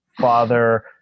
father